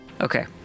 Okay